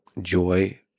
joy